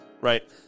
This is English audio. right